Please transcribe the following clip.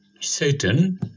Satan